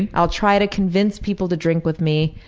and i'll try to convince people to drink with me.